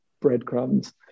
breadcrumbs